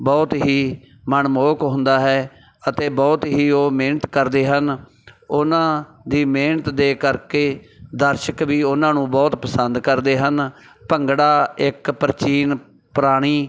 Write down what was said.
ਬਹੁਤ ਹੀ ਮਨਮੋਹਕ ਹੁੰਦਾ ਹੈ ਅਤੇ ਬਹੁਤ ਹੀ ਉਹ ਮਿਹਨਤ ਕਰਦੇ ਹਨ ਉਹਨਾਂ ਦੀ ਮਿਹਨਤ ਦੇ ਕਰਕੇ ਦਰਸ਼ਕ ਵੀ ਉਹਨਾਂ ਨੂੰ ਬਹੁਤ ਪਸੰਦ ਕਰਦੇ ਹਨ ਭੰਗੜਾ ਇੱਕ ਪ੍ਰਾਚੀਨ ਪ੍ਰਾਣੀ